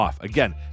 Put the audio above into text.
Again